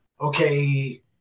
okay